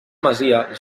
masia